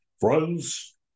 Friends